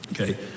Okay